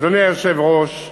אדוני היושב-ראש,